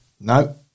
No